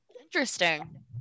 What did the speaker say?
Interesting